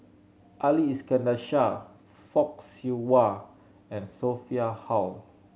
Ali Iskandar Shah Fock Siew Wah and Sophia Hull